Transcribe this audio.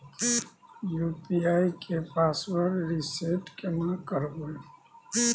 UPI के password reset केना करबे?